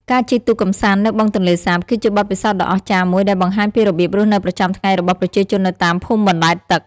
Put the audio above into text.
ការជិះទូកកម្សាន្តនៅបឹងទន្លេសាប គឺជាបទពិសោធន៍ដ៏អស្ចារ្យមួយដែលបង្ហាញពីរបៀបរស់នៅប្រចាំថ្ងៃរបស់ប្រជាជននៅតាមភូមិបណ្តែតទឹក។